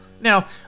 now